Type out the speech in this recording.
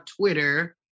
Twitter